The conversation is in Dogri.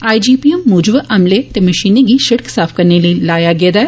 आईजीपी मूजब अमले ते मषीनें गी षिड़क साफ करने लेई लाया गेदा ऐ